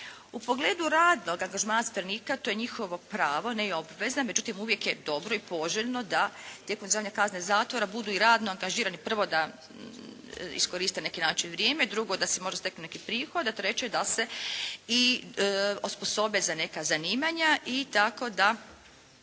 U pogledu radnog angažmana zatvorenika to je njihovo pravo, ne i obveza, međutim uvijek je dobro i poželjno da tijekom izdržavanja kazne zatvora budu i radno angažirani, prvo da iskoriste na neki način vrijeme, drugo da si možda steknu neki prihod, a treće da se i osposobe za neka zanimanja i tako da